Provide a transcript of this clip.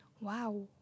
Wow